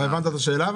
אתה הבנת את השאלה?